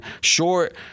short